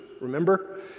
remember